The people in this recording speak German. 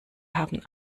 haben